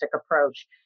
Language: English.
approach